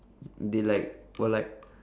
they like were like